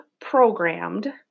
programmed